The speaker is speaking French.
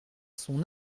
son